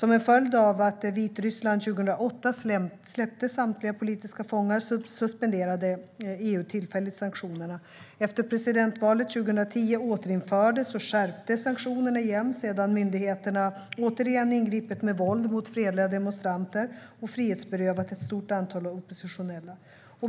Som en följd av att Vitryssland 2008 släppte samtliga politiska fångar suspenderade EU tillfälligt sanktionerna. Efter presidentvalet 2010 återinfördes och skärptes dock sanktionerna, sedan myndigheterna återigen ingripit med våld mot fredliga demonstranter och frihetsberövat ett stort antal oppositionella.